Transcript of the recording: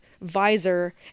visor